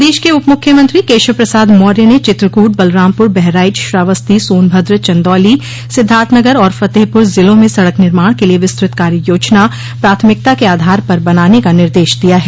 प्रदेश के उप मुख्यमंत्री ने केशव प्रसाद मौर्य ने चित्रकूट बलरामपुर बहराइच श्रावस्ती सोनभद्र चन्दौली सिद्धार्थनगर और फतेहपुर ज़िलों में सड़क निर्माण के लिए विस्तृत कार्ययोजना प्राथमिकता के आधार पर बनाने का निर्देश दिया है